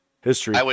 history